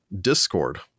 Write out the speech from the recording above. Discord